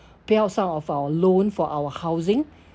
pay out some of our loan for our housing